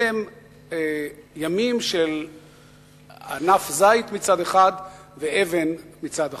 אלה הם ימים של ענף זית מצד אחד ואבן מצד אחר.